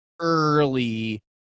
early